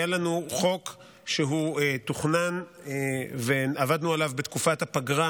היה לנו חוק שהוא תוכנן ועבדנו עליו בתקופת הפגרה